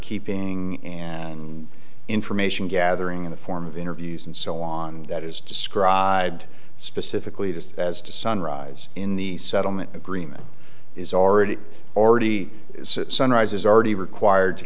keeping and information gathering in the form of interviews and so on that is described specifically just as to sunrise in the settlement agreement is already already sunrise is already required to